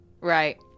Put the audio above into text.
Right